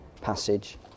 passage